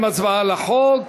הצבעה על החוק.